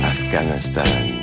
Afghanistan